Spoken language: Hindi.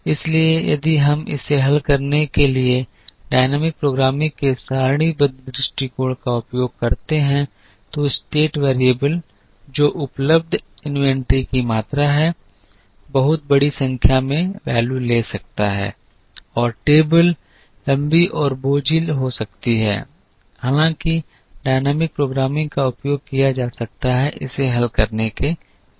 इसलिए यदि हम इसे हल करने के लिए डायनेमिक प्रोग्रामिंग के सारणीबद्ध दृष्टिकोण का उपयोग करते हैं तो स्टेट वेरिएबल जो उपलब्ध इन्वेंट्री की मात्रा है बहुत बड़ी संख्या में मान ले सकता है और टेबल लंबी और बोझिल हो सकती हैं हालांकि डायनेमिक प्रोग्रामिंग का उपयोग किया जा सकता है इसे हल करने के लिए